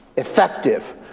Effective